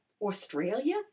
Australia